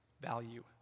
value